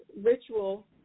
ritual